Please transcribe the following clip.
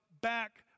back